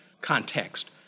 context